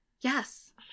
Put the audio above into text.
Yes